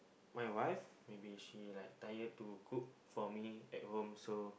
my wife maybe she like tired to cook for me at home so